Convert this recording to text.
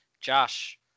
Josh